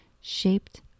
shaped